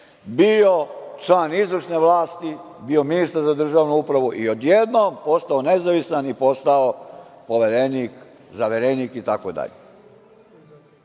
bio član izvršne vlasti, bio ministar za državnu upravu i odjednom postao nezavisan i postao poverenik, zaverenik itd. To